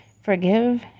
Forgive